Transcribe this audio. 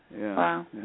Wow